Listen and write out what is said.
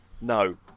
no